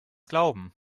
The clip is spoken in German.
glauben